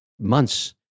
months